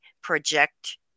project